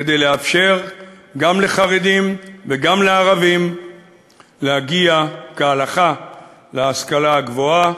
כדי לאפשר גם לחרדים וגם לערבים להגיע כהלכה להשכלה הגבוהה.